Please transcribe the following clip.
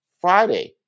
Friday